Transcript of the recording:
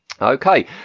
okay